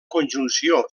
conjunció